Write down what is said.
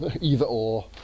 either-or